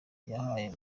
yahaye